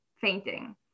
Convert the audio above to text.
fainting